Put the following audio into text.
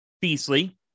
Beasley